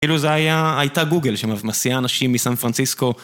כאילו זה הייתה גוגל שמסיעה אנשים מסן פרנסיסקו